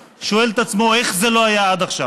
שואל את עצמו איך זה לא היה עד עכשיו.